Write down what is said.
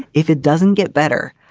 if it doesn't get better,